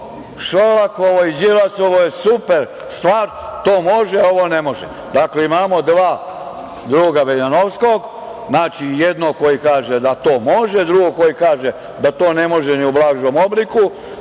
Šolakovo i Đilasovo je super stvar. To može, ovo ne može. Dakle, imamo dva druga Viljanovskog, znači, jedno koji kaže da to može, a drugo koji kaže da to ne može ni u blagom obliku,